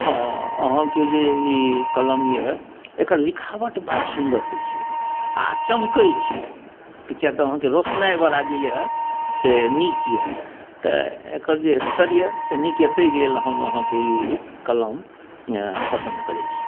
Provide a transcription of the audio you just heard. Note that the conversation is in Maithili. हँ अहाँके जे ई कलम अछि एकर लिखावट बड़ा सुन्दर होइ छै आ चमकै छै तऽ किए तऽ अहाँके रोसनाइ वला जे अछि से नीक अछि तऽ एकर जे स्तर अछि से नीक अछि ताहि लेल हम अहाँके ई कलम पसन्द करै छी